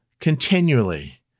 continually